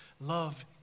love